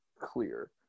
clear